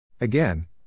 Again